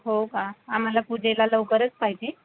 हो का आम्हांला पूजेला लवकरचं पाहिजे